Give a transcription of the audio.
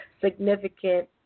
significant